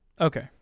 Okay